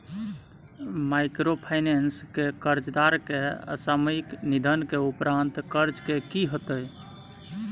Microfinance के कर्जदार के असामयिक निधन के उपरांत कर्ज के की होतै?